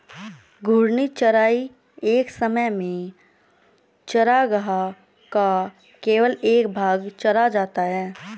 घूर्णी चराई एक समय में चरागाह का केवल एक भाग चरा जाता है